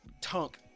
tunk